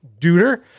Duder